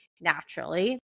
naturally